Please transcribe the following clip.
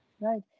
right